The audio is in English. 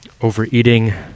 overeating